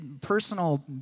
Personal